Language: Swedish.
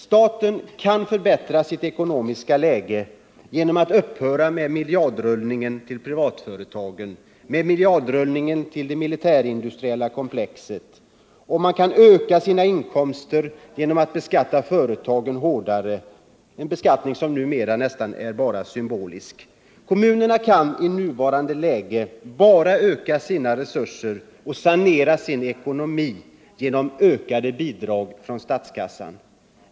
Staten kan förbättra sitt ekonomiska läge genom att upphöra med miljardrullningen till privatföretagen och till det militärindustriella komplexet. Man kan öka sina inkomster genom att beskatta företagen hårdare. Den nuvarande beskattningen är nästan bara symbolisk. Kommunerna kan i nuvarande läge bara öka sina resurser och sanera sin ekonomi genom ökade bidrag från statskassan.